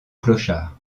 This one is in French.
clochard